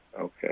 Okay